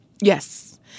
Yes